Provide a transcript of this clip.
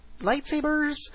lightsabers